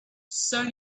sell